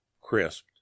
crisped